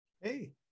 Hey